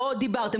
לא דברתם.